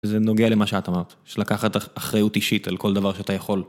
זה נוגע למה שאת אמרת, של לקחת אחריות אישית על כל דבר שאתה יכול.